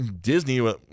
Disney